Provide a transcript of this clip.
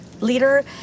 leader